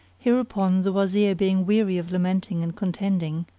hereupon the wazir being weary of lamenting and contending,